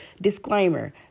disclaimer